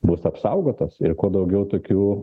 bus apsaugotos ir kuo daugiau tokių